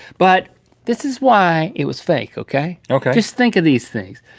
but this is why it was fake, okay? okay. just think of these things.